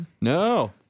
No